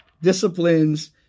disciplines